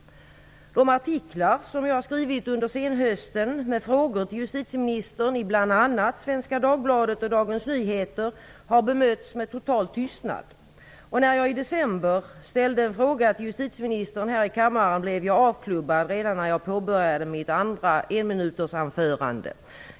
De artiklar som jag har skrivit under hösten med frågor till justitieministern, i bl.a. Svenska Dagbladet och Dagens Nyheter, har bemötts med total tystnad. Och när jag i december ställde en fråga till justitieministern här i kammaren, blev jag avklubbad redan när jag påbörjade mitt andra enminutersanförande.